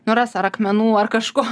nu ras ar akmenų ar kažko